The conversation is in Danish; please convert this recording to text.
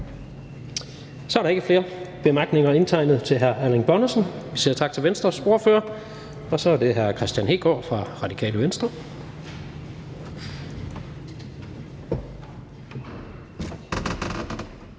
Så er der ikke flere korte bemærkninger indtegnet til hr. Erling Bonnesen. Vi siger tak til Venstres ordfører. Og så er det hr. Kristian Hegaard fra Radikale Venstre.